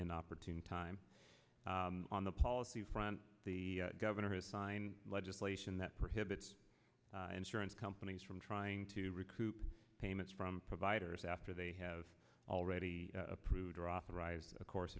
inopportune time on the policy front the governor has signed legislation that prohibits and surance companies from trying to recoup payments from providers after they have already approved or authorized a course